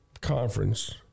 conference